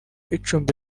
icumbi